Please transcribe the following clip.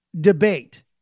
debate